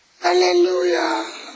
hallelujah